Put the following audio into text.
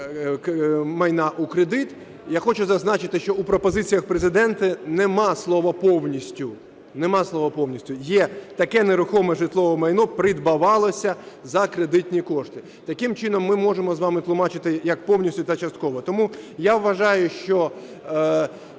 майна у кредит. Я хочу зазначити, що у пропозиціях Президента немає слова "повністю", немає слова "повністю", є "таке нерухоме житлове майно придбавалося за кредитні кошти". Таким чином, ми можемо з вами тлумачити як повністю та частково. Тому я вважаю, що